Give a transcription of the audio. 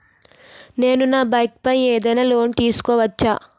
నేను నా బైక్ పై ఏదైనా లోన్ తీసుకోవచ్చా?